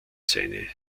seine